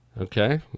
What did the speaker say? Okay